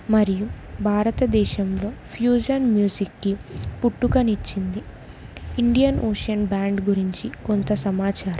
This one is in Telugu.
మరియు భారతదేశంలో ఫ్యూజన్ మ్యూజిక్కి పుట్టుకనిచ్చింది ఇండియన్ ఓషన్ బ్యాండ్ గురించి కొంత సమాచారం